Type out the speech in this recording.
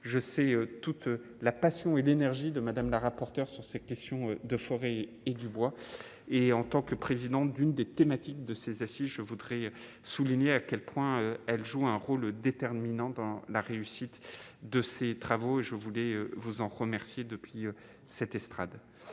je sais toute la passion et l'énergie de Madame la rapporteure sur ces questions de forêt et du bois et en tant que président d'une des thématiques de ces assises, je voudrais souligner à quel point elle joue un rôle déterminant dans la réussite de ces travaux et je voulais vous en remercier depuis cette estrade